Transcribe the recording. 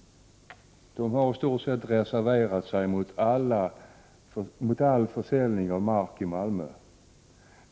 — i stort sett har reserverat sig mot all försäljning av mark i Malmö.